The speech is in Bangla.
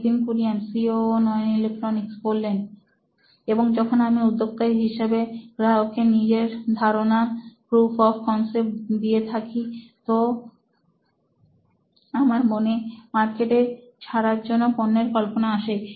Nitin Kurian C O O electronics এবং যখন আমি উদ্যোক্তা হিসেবে গ্রাহককে নিজের ধারণা প্রুফ অফ কনসেপ্ট দিয়ে থাকি তো আমার মনে মার্কেটে ছাড়ার জন্য পণ্যের কল্পনা আসে